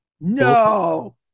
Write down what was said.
No